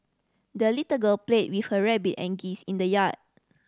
the little girl played with her rabbit and geese in the yard